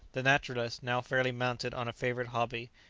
the naturalist, now fairly mounted on a favourite hobby,